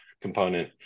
component